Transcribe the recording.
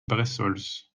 bressols